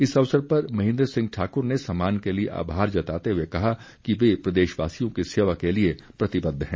इस अवसर पर महेन्द्र सिंह ठाकुर ने सम्मान के लिए आभार जताते हुए कहा कि वे प्रदेशवासियों की सेवा के लिए प्रतिबद्द है